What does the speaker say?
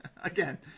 Again